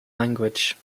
language